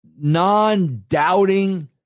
non-doubting